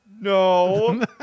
no